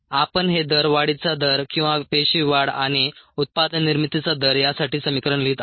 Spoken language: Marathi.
आपण हे दर वाढीचा दर किंवा पेशी वाढ आणि उत्पादन निर्मितीचा दर यासाठी समिकरण लिहित आहोत